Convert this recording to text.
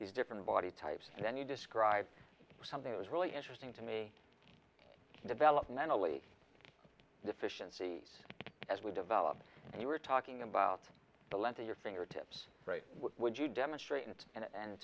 these different body types and then you describe something it was really interesting to me developmentally deficiency as we develop and you are talking about the length of your fingertips what would you demonstrate it and